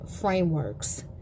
frameworks